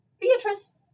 Beatrice